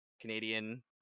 Canadian